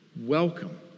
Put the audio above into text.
welcome